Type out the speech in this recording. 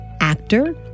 actor